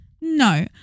No